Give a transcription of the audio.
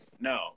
no